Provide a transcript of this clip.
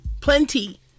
plenty